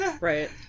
right